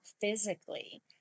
physically